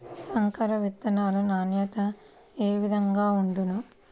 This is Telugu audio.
సంకర విత్తనాల నాణ్యత ఏ విధముగా ఉండును?